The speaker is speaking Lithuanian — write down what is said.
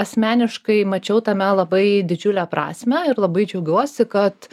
asmeniškai mačiau tame labai didžiulę prasmę ir labai džiaugiuosi kad